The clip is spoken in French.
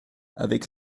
avec